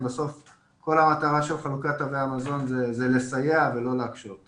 אני חושב שזה בהחלט חמור וזה מה שמדאיג אותנו.